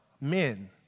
men